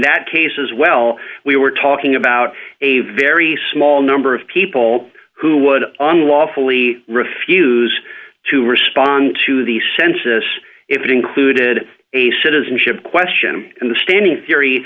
that case as well we were talking about a very small number of people who would unlawfully refuse to respond to the census if it included a citizenship question and the standing theory